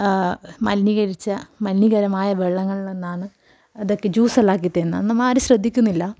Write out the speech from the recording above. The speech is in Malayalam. മലിനീകരിച്ച മലിനീകരമായ വെള്ളങ്ങളിൽ നിന്നാണ് അതൊക്കെ ജ്യൂസ് ഉണ്ടാക്കി തരുന്നത് നമ്മൾ ആരും ശ്രദ്ധിക്കുന്നില്ല